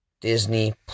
Disney+